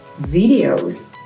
videos